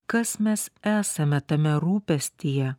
kas mes esame tame rūpestyje